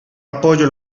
apoyo